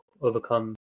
overcome